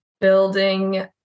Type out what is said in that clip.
building